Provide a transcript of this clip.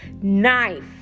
knife